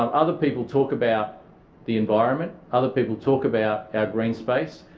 um other people talk about the environment, other people talk about our green space,